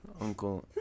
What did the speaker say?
Uncle